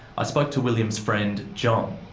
i spoke to william's friend john.